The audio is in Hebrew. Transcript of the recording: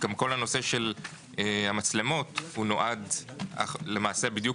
גם כל הנושא של המצלמות נועד למעשה בדיוק